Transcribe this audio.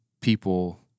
people